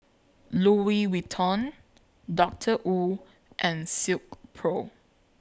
Louis Vuitton Doctor Wu and Silkpro